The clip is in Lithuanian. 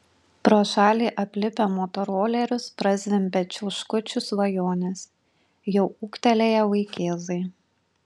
pro šalį aplipę motorolerius prazvimbia čiauškučių svajonės jau ūgtelėję vaikėzai